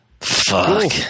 fuck